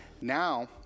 now